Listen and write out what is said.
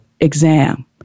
exam